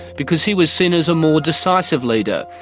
because he was seen as a more decisive leader,